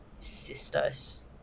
sisters